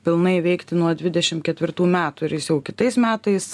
pilnai veikti nuo dvidešim ketvirtų metų ir jis jau kitais metais